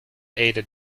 aided